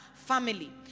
family